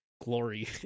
glory